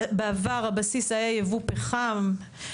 בעבר הבסיס היה יבוא פחם,